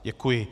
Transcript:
Děkuji.